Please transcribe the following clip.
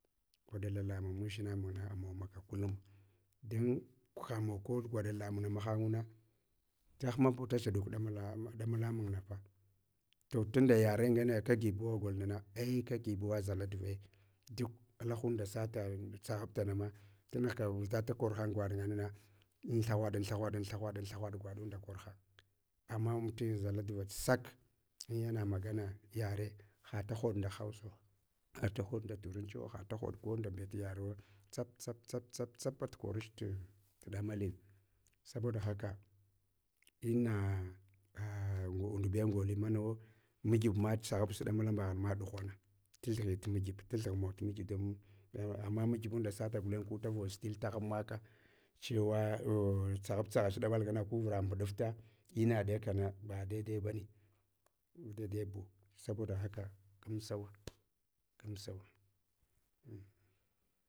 Gwaɗa labamunna mudʒina mawana amawa maga kullum. Don hamawa kor gwaɗa lamung na, mahanguna dahmatu dadʒaɗuk damalamun nata. To tunda yare ngane kagibo golnana ai kagibuwa zaladvai uk alahunda sata tsaghabta nama da nughka vita da korham gwaɗ nganana an thahwaɗan an thahwaɗan an thahwaɗan gwaɗunda korhang. Ama mutumin zaladva sak yang magana yare hata hoɗ nadna hausu. Hafa hoɗ nda turancuwo hatawoɗ ko ndaga tu yaruwa tsap tsap tsap tsapa tu korch ɗamalin. Saboda haka ina undbe ngolimana wo mugibma tsaghab damalan mbagh ma ɗughana, tuthighi tu mikbe tath hawa mikbe don ana mikbunda sulana gulen guda voʒtil taguan maka, chewa tsaghab tsaghach ɗamal ngana kurura mbaɗufta, maɗe kana ba daidai bane. Dai dai doubu, saboda haka gamsawa, gamsawa.